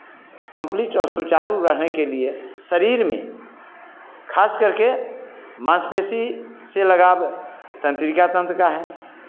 complete और सुचारू रहने के लिए शरीर में खासकर के मांसपेशी से लगाव तंत्रिका तन्त्र का है